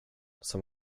som